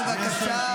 בבקשה.